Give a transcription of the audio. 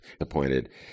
appointed